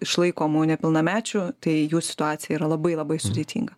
išlaikomų nepilnamečių tai jų situacija yra labai labai sudėtinga